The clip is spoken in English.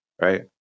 right